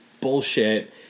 bullshit